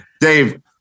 Dave